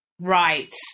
Right